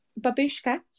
Babushka